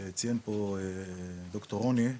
ציין פה דוקטור רוני,